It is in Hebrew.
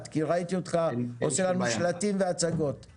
כי ראיתי אותך עושה לנו שלטים והצגות.